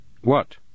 What